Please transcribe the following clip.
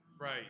right